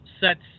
sets